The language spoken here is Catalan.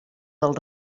del